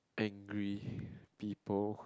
angry people